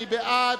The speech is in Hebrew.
מי בעד?